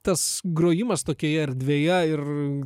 tas grojimas tokioje erdvėje ir